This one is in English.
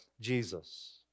Jesus